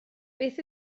beth